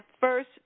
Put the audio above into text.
First